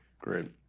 Great